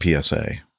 PSA